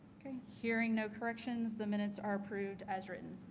okay. hearing no corrections, the minutes are approved as written.